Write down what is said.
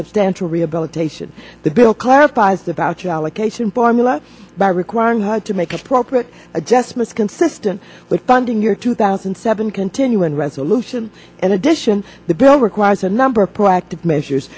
substantial rehabilitation the bill clarifies the voucher allocation formula by requiring hard to make appropriate adjustments consistent with funding year two thousand and seven continuing resolution in addition the bill requires a number proactive measures